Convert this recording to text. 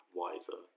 wiser